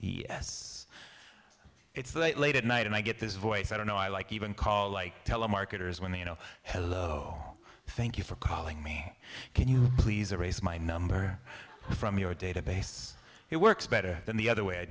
yes it's late late at night and i get this voice i don't know i like even call like telemarketers when they you know hello thank you for calling me can you please raise my number from your database it works better than the other way i